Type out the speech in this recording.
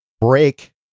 break